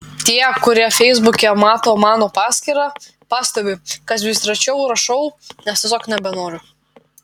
tie kurie feisbuke mato mano paskyrą pastebi kad vis rečiau rašau nes tiesiog nebenoriu